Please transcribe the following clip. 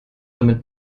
damit